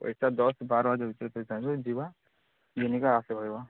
ପଇସା ଦଶ୍ ବାର୍ ଯିବା ଘିନିକରି ଆସି ପାର୍ବା